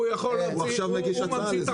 הוא עכשיו מגיש הצעה לזה.